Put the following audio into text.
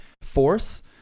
force